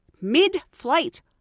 mid-flight